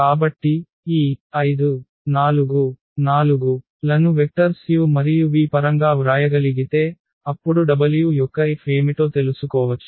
కాబట్టి ఈ 5 4 4 లను వెక్టర్స్ u మరియు v పరంగా వ్రాయగలిగితే అప్పుడు W యొక్క F ఏమిటో తెలుసుకోవచ్చు